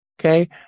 okay